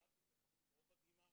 פתלטים בכמות מאוד מדהימה.